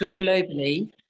globally